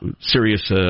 serious